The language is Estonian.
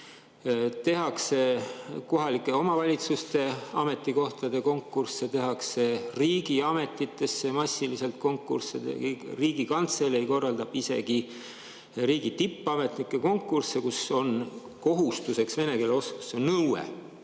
Tehakse kohalike omavalitsuste ametikohtade konkursse, tehakse riigiametitesse massiliselt konkursse ja Riigikantselei korraldab isegi riigi tippametnike konkursse, kus on vene keele oskuse nõue.